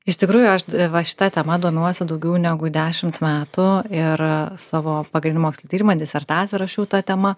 iš tikrųjų aš va šita tema domiuosi daugiau negu dešimt metų ir savo pagrindinį mokslinį tyrimą disertaciją rašiau ta tema